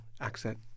accent